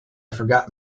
forgot